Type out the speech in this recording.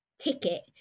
ticket